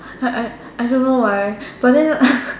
I I I don't know why but then